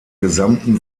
gesamten